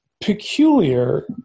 peculiar